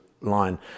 line